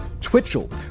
twitchell